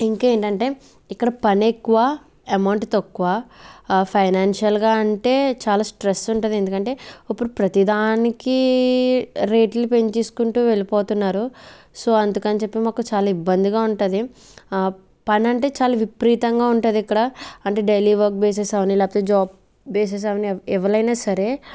ఇంకేంటంటే ఇక్కడ పనెక్కువ ఎమౌంట్ తక్కువ ఫైనాన్షియల్గా అంటే చాలా స్ట్రెస్ ఉంటుంది ఎందుకంటే ఉప్పుడు ప్రతి దానికి రేట్లు పెంచేస్కుంటు వెళ్ళిపోతున్నారు సో అందుకని చెప్పి మాకు చాలా ఇబ్బందిగా ఉంటది అ పని అంటే చాలా విపరీతంగా ఉంటదిక్కడ అంటే డైలీ వర్క్ బేసెస్ కానీ జాబ్ బేసిస్ కాని ఎవ్వరైన సరే